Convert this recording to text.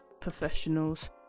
professionals